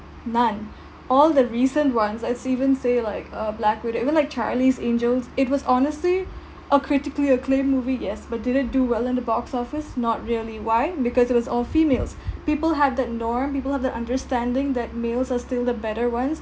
none all the recent ones as even say like uh black widow even like charlie's angels it was honestly a critically acclaimed movie yes but did it do well in the box office not really why because it was all females people had that norm people had that understanding that males are still the better ones